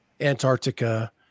Antarctica